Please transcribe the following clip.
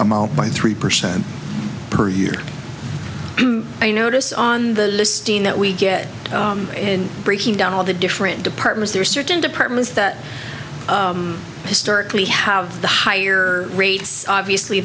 amount by three percent per year i notice on the listing that we get in breaking down all the different departments there are certain departments that historically have the higher rates obviously